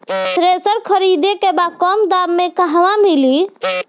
Thresher खरीदे के बा कम दाम में कहवा मिली?